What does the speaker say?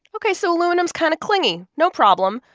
ok. so aluminum's kind of clingy. no problem.